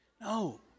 no